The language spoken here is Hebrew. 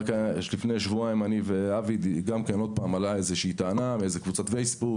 רק לפני שבועיים עלתה איזושהי טענה באיזו קבוצת פייסבוק,